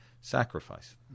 sacrifice